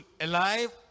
alive